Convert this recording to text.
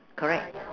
correct